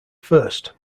first